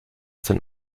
sein